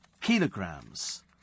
kilograms